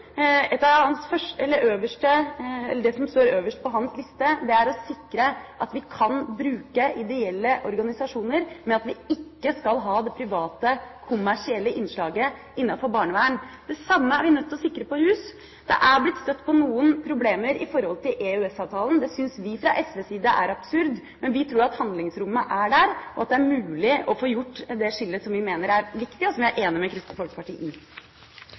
et helt annet siktemål for det de driver med, og kommersielle aktører på den andre siden, som har som mål å skape mest mulig profitt. Det er viktig at vi skiller mellom de forskjellige aktørene. Det som står øverst på Audun Lysbakkens liste, er å sikre at vi kan bruke ideelle organisasjoner, men at vi ikke skal ha det private, kommersielle innslaget innenfor barnevern. Det samme er vi nødt til å sikre på rusfeltet. Her har en støtt på noen problemer knyttet til EØS-avtalen. Det syns vi fra SVs side er absurd, men vi tror at handlingsrommet er der, og at det er mulig å få